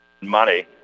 money